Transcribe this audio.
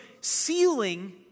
sealing